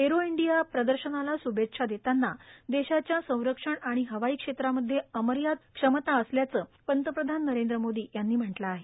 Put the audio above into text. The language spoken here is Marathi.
एरो इंडिया प्रदर्शनाला शुभेच्छा देताना देशाच्या संरक्षण आणि हवाई क्षेत्रामध्ये अमर्याद क्षमता असल्याचं पंतप्रधान नरेंद्र मोदी यांनी म्हटलं आहे